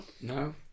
No